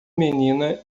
menina